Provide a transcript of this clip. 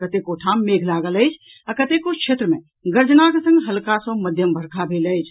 कतेको ठाम मेघ लागल अछि आ कतेको क्षेत्र मे गरजनाक संग हल्का सॅ मध्यम वर्षा भेल अछि